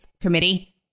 committee